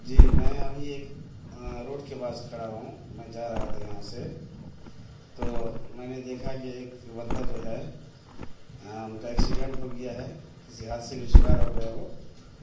جی میں ابھی ایک روڈ کے پاس کھڑا ہوں میں جا رہا تھا یہاں سے تو میں نے دیکھا کہ ایک بندہ جو ہے ان کا ایکسیڈینٹ ہو گیا ہے کسی حادثے کا شکار ہو گئے وہ